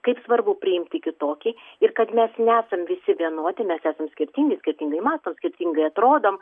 kaip svarbu priimti kitokį ir kad mes nesam visi vienodi mes esam skirtingi skirtingai mąstom skirtingai atrodom